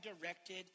directed